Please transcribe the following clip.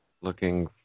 Looking